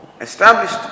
established